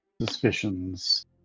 suspicions